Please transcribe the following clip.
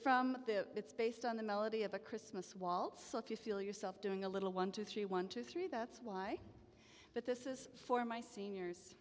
from the it's based on the melody of a christmas waltz if you feel yourself doing a little one two three one two three that's why but this is for my seniors